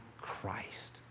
Christ